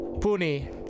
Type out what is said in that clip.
Puni